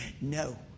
No